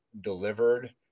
delivered